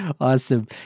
awesome